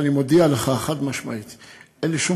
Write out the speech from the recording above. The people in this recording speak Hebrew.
אבל אני מודיע לך חד-משמעית שאין לי שום